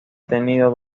tenido